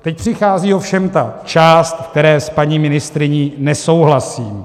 Teď přichází ovšem ta část, ve které s paní ministryní nesouhlasím.